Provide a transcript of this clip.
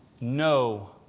no